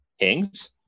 Kings